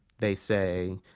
they say,